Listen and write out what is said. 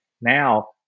now